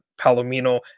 palomino